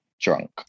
drunk